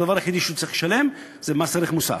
הדבר היחידי שהוא צריך לשלם זה מס ערך מוסף.